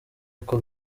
uko